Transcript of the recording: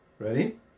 Ready